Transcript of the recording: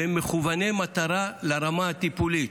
והם מכווני מטרה לרמה הטיפולית.